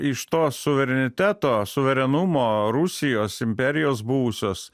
iš to suvereniteto suverenumo rusijos imperijos buvusios